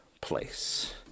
place